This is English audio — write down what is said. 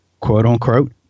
quote-unquote